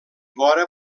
vora